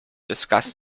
discuss